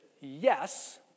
yes